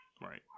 Right